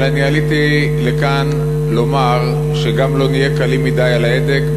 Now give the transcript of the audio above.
אבל אני עליתי לכאן לומר שגם לא נהיה קלים מדי על ההדק,